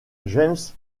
james